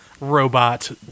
robot